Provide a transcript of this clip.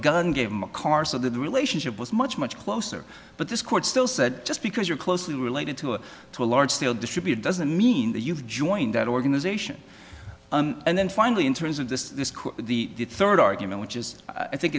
gun gave them a car so that the relationship was much much closer but this court still said just because you're closely related to it to a large steel distributor doesn't mean that you've joined that organization and then finally in terms of this the third argument which is i think